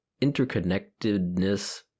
interconnectedness